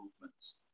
movements